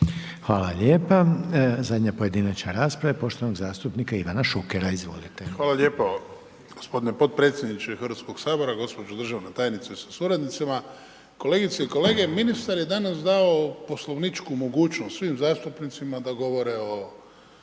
Hvala lijepa. Zadnja pojedinačna rasprava je poštovanog zastupnika Ivana Šukera, izvolite. **Šuker, Ivan (HDZ)** Hvala lijepo gospodine podpredsjedniče Hrvatskog sabora, gospođo državna tajnice sa suradnicima, kolegice i kolege. Ministar je danas dao poslovničku mogućnost svim zastupnicima da govore o